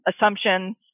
assumptions